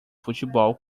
futebol